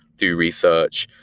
do research.